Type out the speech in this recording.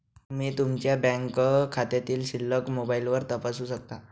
तुम्ही तुमच्या बँक खात्यातील शिल्लक मोबाईलवर तपासू शकता